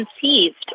conceived